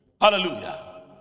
Hallelujah